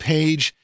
Page